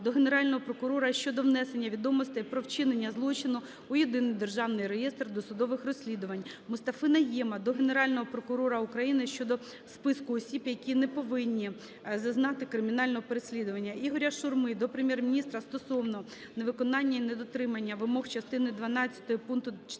до Генерального прокурора щодо внесення відомостей про вчинення злочину у Єдиний державний реєстр досудових розслідувань. Мустафи Найєма до Генерального прокурора України щодо списку осіб, які не повинні зазнати кримінального переслідування. Ігоря Шурми до Прем'єр-міністра стосовно невиконання і недотримання вимог частини 12 пункту 4